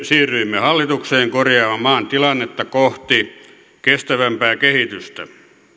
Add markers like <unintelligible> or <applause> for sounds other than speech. <unintelligible> siirryimme hallitukseen korjaamaan maan tilannetta kohti kestävämpää kehitystä